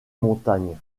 montagne